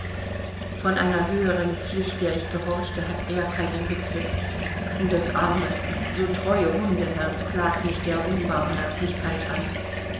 von einer höheren pflicht der ich gehorchte hat er keinen begriff und das arme so treue hundeherz klagt mich der unbarmherzigkeit an